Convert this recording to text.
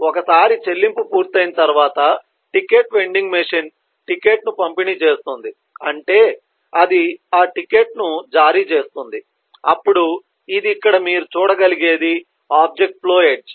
ఒకసారి చెల్లింపు పూర్తయిన తర్వాత టికెట్ వెండింగ్ మెషిన్ టికెట్ను పంపిణీ చేస్తుంది అంటే అది ఆ టికెట్ను జారీ చేస్తుంది అప్పుడు ఇది ఇక్కడ మీరు చూడగలిగేది ఆబ్జెక్ట్ ఫ్లో ఎడ్జ్